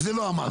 זה לא אמרתי.